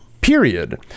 period